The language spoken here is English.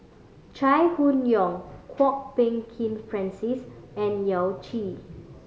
Chai Hon Yoong Kwok Peng Kin Francis and Yao Zi